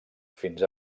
fins